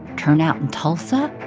turnout in tulsa?